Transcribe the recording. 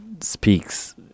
speaks